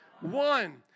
One